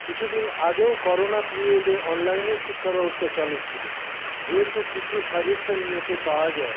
কিছু দিন আগেও করোনা পিরিয়ডে অনলাইনেই শিক্ষাব্যবস্থা চালু ছিল যেহেতু কিছু সাজেশন নেটে পাওয়া যায়